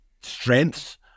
strengths